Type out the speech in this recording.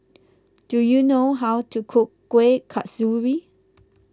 do you know how to cook Kueh Kasturi